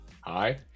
Hi